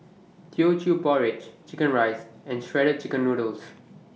Teochew Porridge Chicken Rice and Shredded Chicken Noodles